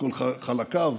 כל חלקיו,